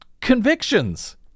convictions